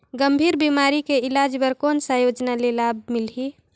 गंभीर बीमारी के इलाज बर कौन सा योजना ले लाभ मिलही?